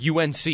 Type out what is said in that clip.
UNC